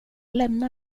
lämna